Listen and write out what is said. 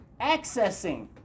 accessing